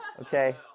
Okay